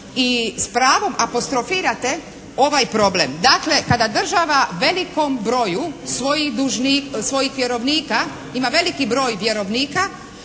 i s pravom apostrofirate ovaj problem. Dakle kada država velikom broju svojih vjerovnika, ima veliki broj vjerovnika,